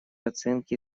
оценки